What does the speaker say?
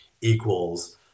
equals